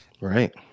Right